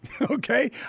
okay